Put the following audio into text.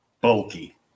bulky